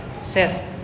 says